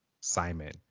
Simon